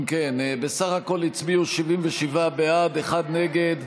אם כן, בסך הכול הצביעו 77 בעד, אחד נגד,